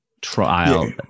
trial